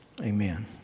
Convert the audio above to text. Amen